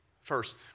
first